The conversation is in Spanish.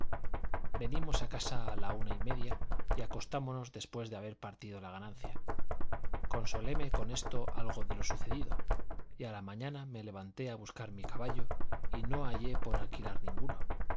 venimos a casa a la una y media y acostámonos después de haber partido la ganancia consoléme con esto algo de lo sucedido y a la mañana me levanté a buscar mi caballo y no hallé por alquilar ninguno